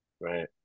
right